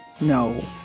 no